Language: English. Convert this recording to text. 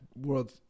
world